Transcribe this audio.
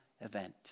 event